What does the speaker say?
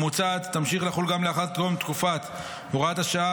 המוצעת תמשיך לחול גם לאחר תום תקופת הוראת השעה